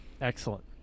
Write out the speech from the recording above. Excellent